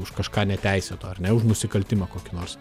už kažką neteisėto ar ne už nusikaltimą kokį nors